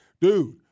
Dude